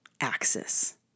axis